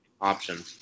option